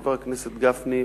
חבר הכנסת גפני,